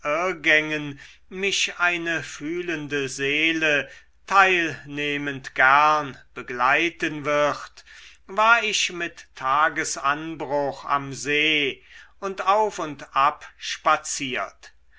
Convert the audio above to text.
mich eine fühlende seele teilnehmend gern begleiten wird war ich mit tagesanbruch am see auf und ab spaziert